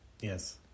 Yes